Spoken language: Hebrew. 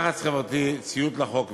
לחץ חברתי, ציות לחוק ועוד.